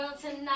tonight